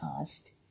asked